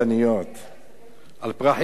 חשבתי שאתה מדבר על פרחים, סליחה.